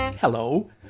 hello